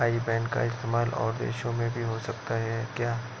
आई बैन का इस्तेमाल और देशों में भी हो सकता है क्या?